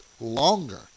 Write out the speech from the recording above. longer